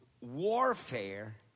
warfare